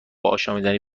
آشامیدنی